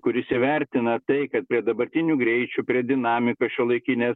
kuris įvertina tai kad prie dabartinių greičių prie dinamikos šiuolaikinės